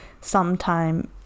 sometime